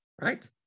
right